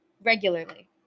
regularly